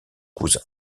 cousin